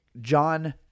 John